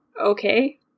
okay